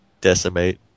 Decimate